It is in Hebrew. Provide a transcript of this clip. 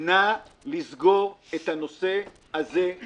נא לסגור את הנושא הזה, ומהר,